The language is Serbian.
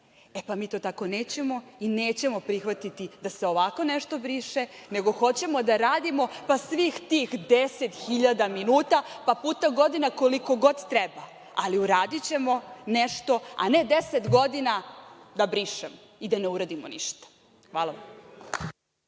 dalje. Mi to tako nećemo i nećemo prihvatiti da se ovako nešto briše, nego hoćemo da radimo, pa svih tih 10.000 minuta, puta godina koliko god treba, ali uradićemo nešto, a ne deset godina da brišemo i da ne uradimo ništa. Hvala.